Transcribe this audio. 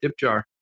DipJar